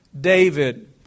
David